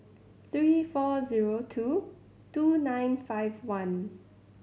three four zero two two nine five one